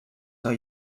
know